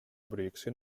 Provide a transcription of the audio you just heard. proyección